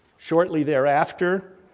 shortly thereafter,